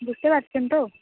বুঝতে পারছেন তো